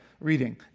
reading